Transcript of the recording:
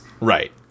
Right